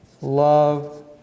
love